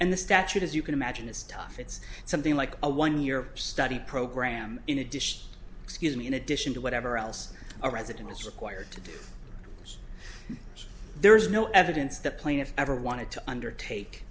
and the statute as you can imagine is tough it's something like a one year study program in addition excuse me in addition to whatever else a resident is required to do there is no evidence the plaintiff ever wanted to undertake